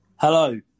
Hello